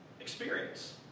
experience